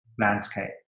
landscape